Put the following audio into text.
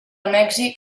mèxic